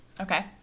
Okay